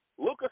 Luca